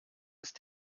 ist